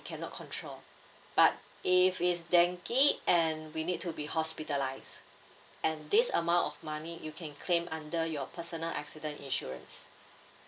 cannot control but if it's dengue and we need to be hospitalised and this amount of money you can claim under your personal accident insurance